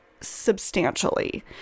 substantially